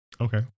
Okay